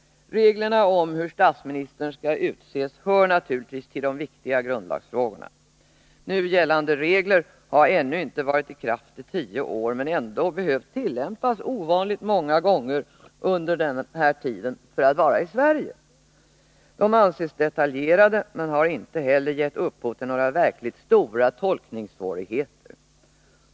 Reglerna om hur statsministern skall utses hör naturligtvis till de viktiga grundlagsfrågorna. Nu gällande regler har ännu inte varit i kraft i tio år men ändå behövt tillämpas ovanligt många gånger under denna tid, med tanke på att det gäller förhållandena i Sverige. Reglerna anses detaljerade men har inte heller givit upphov till några verkligt stora tolkningssvårigheter.